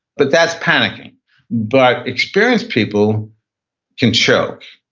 but that's panicking but experienced people can choke,